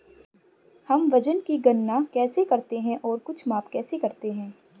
हम वजन की गणना कैसे करते हैं और कुछ माप कैसे करते हैं?